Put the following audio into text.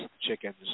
chickens